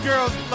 Girls